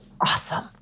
Awesome